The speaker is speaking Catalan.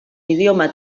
idioma